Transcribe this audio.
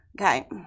Okay